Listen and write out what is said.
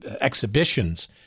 exhibitions